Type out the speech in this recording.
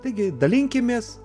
taigi dalinkimės